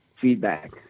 feedback